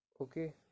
okay